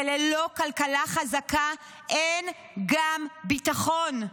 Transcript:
וללא כלכלה חזקה אין גם ביטחון,